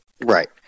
Right